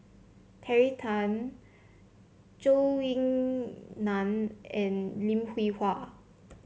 Terry Tan Zhou Ying Nan and Lim Hwee Hua